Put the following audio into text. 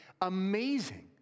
amazing